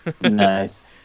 Nice